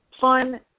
fun